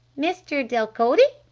mr. delcote?